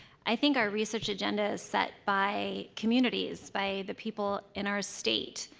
i think our research agenda is set by communities, by the people in our state.